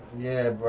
yeah